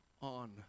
on